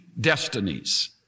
destinies